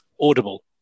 Audible